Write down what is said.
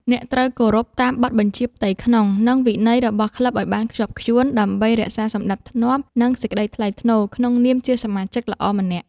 អ្នកត្រូវគោរពតាមបទបញ្ជាផ្ទៃក្នុង និងវិន័យរបស់ក្លឹបឱ្យបានខ្ជាប់ខ្ជួន ដើម្បីរក្សាសណ្ដាប់ធ្នាប់ និងសេចក្ដីថ្លៃថ្នូរក្នុងនាមជាសមាជិកល្អម្នាក់។